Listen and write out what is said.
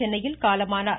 சென்னையில் காலமானார்